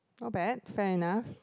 not bad fair enough